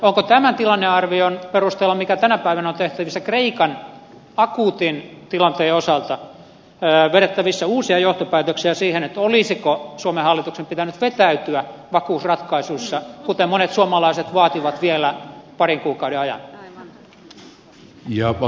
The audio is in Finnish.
onko tämän tilannearvion perusteella mikä tänä päivänä on tehty kreikan akuutin tilanteen osalta vedettävissä uusia johtopäätöksiä siihen olisiko suomen hallituksen pitänyt vetäytyä vakuusratkaisuissa kuten monet suomalaiset vaativat vielä parin kuukauden ajan